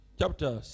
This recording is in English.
chapter